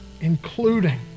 including